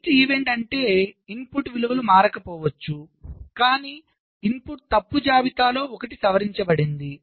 జాబితా ఈవెంట్ అంటే ఇన్పుట్ విలువలు మారకపోవచ్చు కానీ ఇన్పుట్ తప్పు జాబితాలలో ఒకటి సవరించబడింది